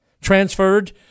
Transferred